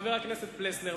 וחבר הכנסת פלסנר.